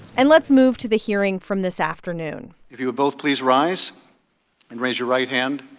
and let's move to the hearing from this afternoon if you would both please rise and raise your right hand,